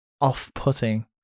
off-putting